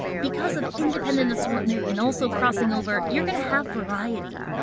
because of independent assortment and also crossing over, you're going to have variety.